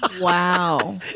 Wow